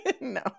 No